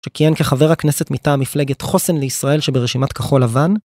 שכיהן כחבר הכנסת מטעם המפלגת חוסן לישראל שברשימת כחול לבן